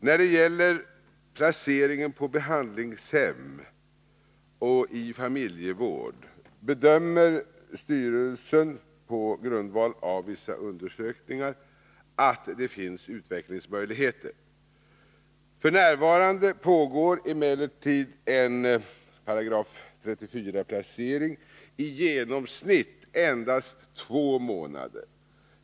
När det gäller placeringen på behandlingshem och i familjevård bedömer styrelsen på grundval av vissa undersökningar att det finns utvecklingsmöjligheter. 111 F. n. pågår emellertid en 34 §-placering i genomsnitt endast i två månader.